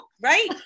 right